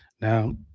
Now